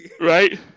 Right